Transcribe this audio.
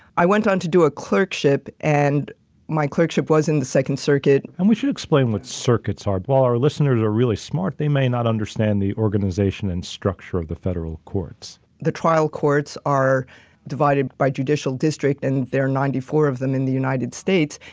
i went on to do a clerkship and my clerkship was in the second circuit. and we should explain what circuits are ball our listeners are really smart, bhey may not understand the organization and structure of the federal courts. the trial courts are divided by judicial district, and they're ninety four of them in the united states.